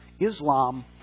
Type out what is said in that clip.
Islam